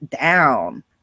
down